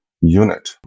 unit